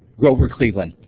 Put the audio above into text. grover cleveland!